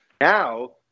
Now